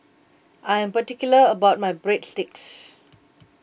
I am particular about my Breadsticks